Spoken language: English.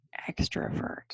extrovert